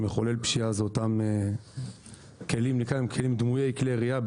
שמחולל פשיעה זה אותם כלים, דמויי כלי ירייה.